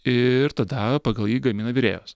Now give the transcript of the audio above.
ir tada pagal jį gamina virėjos